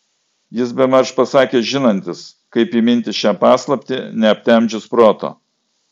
jis bemaž pasakė žinantis kaip įminti šią paslaptį neaptemdžius proto